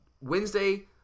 Wednesday